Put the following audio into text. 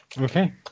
Okay